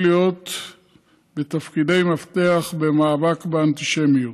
להיות בתפקידי מפתח במאבק באנטישמיות.